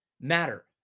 matter